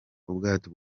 ubwato